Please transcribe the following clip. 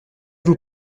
vous